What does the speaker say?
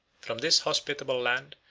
from this hospitable land,